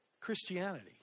Christianity